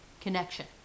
connection